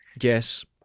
Yes